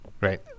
right